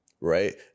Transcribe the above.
right